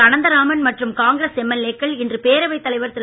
அனந்தராமன் மற்றும் Congress MLA க்கள் இன்று பேரவைத் தலைவர் திரு